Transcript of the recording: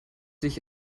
sich